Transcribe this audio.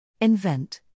invent